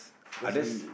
others